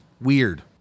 weird